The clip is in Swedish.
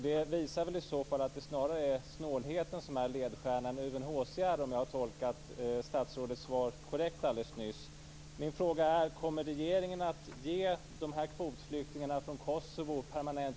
Det visar att det snarare är snålheten som är ledstjärna än UNHCR, om jag tolkade statsrådets svar alldeles nyss korrekt.